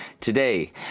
today